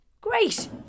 great